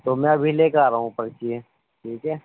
تو میں ابھی لے کے آ رہا ہوں پرچی یہ ٹھیک ہے